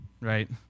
right